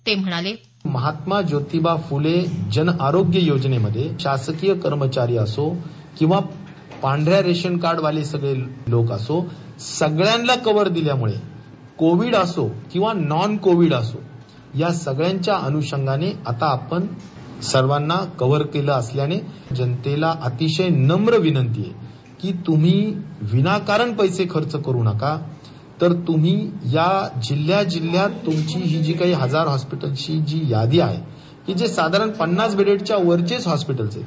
ते म्हणाले महात्मा जोतिबा फुले जनआरोग्य योजनेमध्ये शासकीय कर्मचारी असो किंवा पांढऱ्या राशन कार्डवाले लोक असो सगळ्यांना कव्हर दिल्यामुळे कोविड असो किंवा नॉन कोविड असो या सगळ्यांच्या अनुषंगानं आपण सर्वांना कव्हर केलं असल्याने जनतेला अतिशय नम्र विनंती आहे की तुम्ही विनाकारण पैसे खरेदी करू नका तर तुम्ही जिल्ह्या जिल्ह्यात तूमची ही जी काही हजार हॉस्पीटलची यादी आहे की जे साधारण पन्नास बेडेडच्या वरचेच हॉस्पीटल आहेत